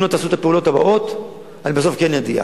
אם לא תעשו את הפעולות הבאות אני בסוף כן אדיח.